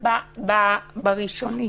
על משהו ראשוני.